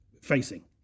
facing